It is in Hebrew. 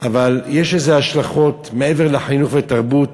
אבל יש לזה השלכות מעבר לחינוך ותרבות,